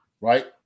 right